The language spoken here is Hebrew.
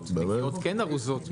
בינתיים הם עוד לא נתנו שקל,